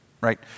right